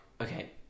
okay